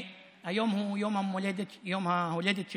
היום הוא יום ההולדת שלך,